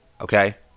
Okay